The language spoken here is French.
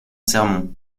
sermon